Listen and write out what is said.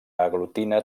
aglutina